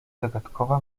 zagadkowa